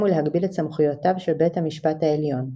ולהגביל את סמכויותיו של בית המשפט העליון.